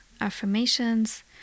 affirmations